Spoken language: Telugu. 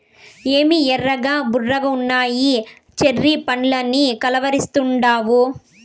ఏమి ఎర్రగా బుర్రగున్నయ్యి చెర్రీ పండ్లని కలవరిస్తాండావు